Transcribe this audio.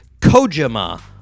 kojima